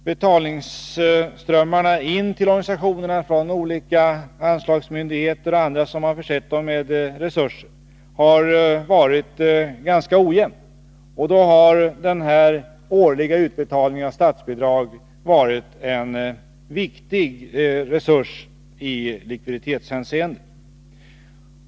Betalningsströmmarna in till organisationerna från olika anslagsmyndigheter och andra som har försett dem med resurser har varit ganska ojämna. Denna årliga utbetalning av statsbidrag har då varit en viktig resurs i likviditetshänseende.